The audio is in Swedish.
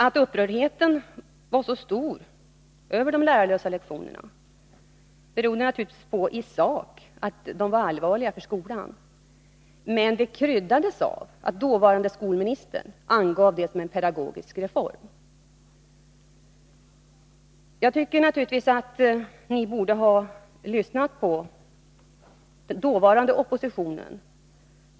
Att upprördheten var så stor över de lärarlösa lektionerna berodde naturligtvis i sak på att de skulle få allvarliga följder för eleverna, men upprördheten kryddades av att dåvarande skolministern angav att införandet av de lärarlösa lektionerna var en pedagogisk reform. Jag tycker givetvis att ni borde ha lyssnat på den dåvarande oppositionen.